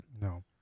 No